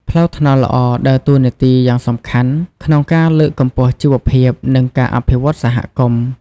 ផ្លូវថ្នល់ល្អដើរតួនាទីយ៉ាងសំខាន់ក្នុងការលើកកម្ពស់ជីវភាព និងការអភិវឌ្ឍសហគមន៍។